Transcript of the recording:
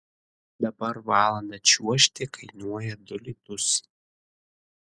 dabar valandą čiuožti kainuoja du litus